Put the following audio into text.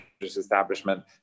establishment